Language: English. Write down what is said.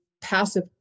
passive